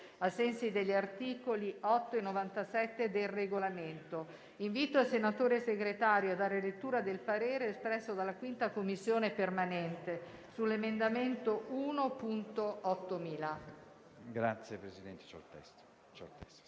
ai sensi degli articoli 8 e 97 del Regolamento. Invito il senatore Segretario a dare lettura del parere espresso dalla 5a Commissione permanente sull'emendamento 1.8000, interamente sostitutivo